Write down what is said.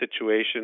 situation